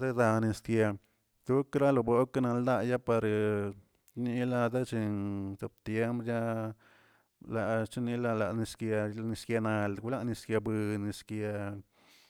zededane sguiel dokra lobooka naldayaa pare nieladechen zoptiembrcha lach chenilalaskiall sguenald wla yeschegbuild nisguia dianen este.